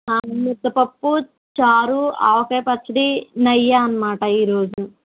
ముద్దపప్పు చారు ఆవకాయ పచ్చడి నెయ్యి అనమాట ఈరోజు